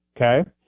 Okay